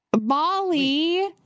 Molly